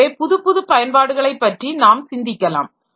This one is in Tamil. எனவே புதுப்புது பயன்பாடுகளை பற்றி நாம் சிந்திக்கலாம்